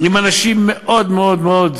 עם אנשים מאוד מאוד מאוד